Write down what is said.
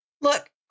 look